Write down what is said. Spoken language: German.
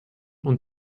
und